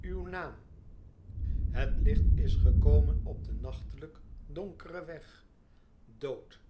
uw naam het licht is gekomen op den nachtelijk donkeren weg dood